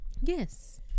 Yes